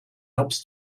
helps